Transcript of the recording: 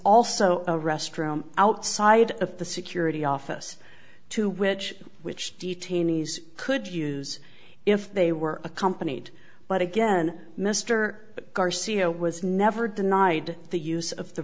also a restroom outside of the security office to which which detainees could use if they were accompanied but again mr garcia was never denied the use of the